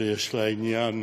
אחד נמנע.